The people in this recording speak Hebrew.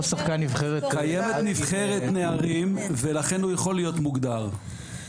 קיימת נבחרת נערים ולכן הוא יכול להיות מוגדר.